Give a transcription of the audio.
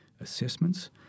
assessments